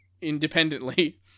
independently